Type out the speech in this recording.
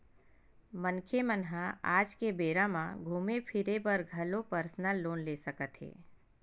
मनखे मन ह आज के बेरा म घूमे फिरे बर घलो परसनल लोन ले सकत हे